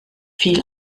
viel